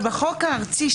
בחוק הארצי,